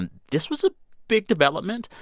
and this was a big development.